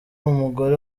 umugore